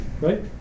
Right